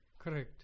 Correct